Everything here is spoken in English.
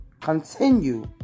Continue